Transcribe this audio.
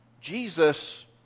Jesus